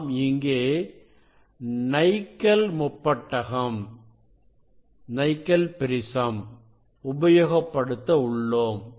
நாம் இங்கே நைக்கல் முப்பட்டகம் உபயோகப்படுத்த உள்ளோம்